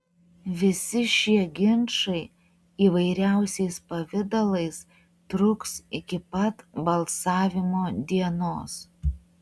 visi šie ginčai įvairiausiais pavidalais truks iki pat balsavimo dienos